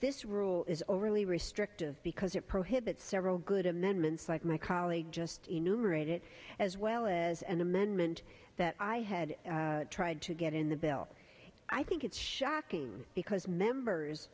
this rule is overly restrictive because it prohibits several good amendments like my colleague just enumerated as well as an amendment that i had tried to get in the bill i think it's shocking because members